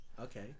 Okay